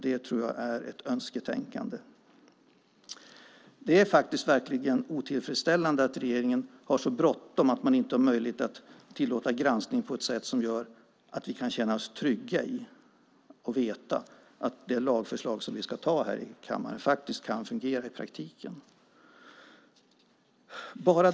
Det är verkligen otillfredsställande att regeringen har så bråttom att man inte har möjlighet att tillåta granskning på ett sätt som gör att vi kan känna oss trygga och veta att det lagförslag som vi ska anta här i kammaren faktiskt fungerar i praktiken.